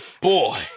Boy